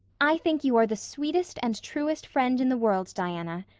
i think you are the sweetest and truest friend in the world, diana,